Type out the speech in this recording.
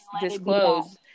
disclose